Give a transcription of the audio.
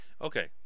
Okay